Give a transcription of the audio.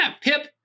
Pip